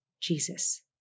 Jesus